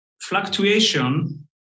fluctuation